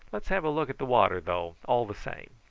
let's have a look at the water, though, all the same.